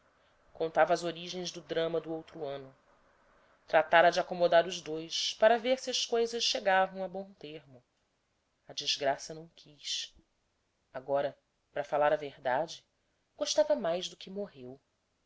contava as origens do drama do outro ano tratara de acomodar os dois para ver se as coisas chegavam a bom termo a desgraça não quis agora para falar a verdade gostava mais do que morreu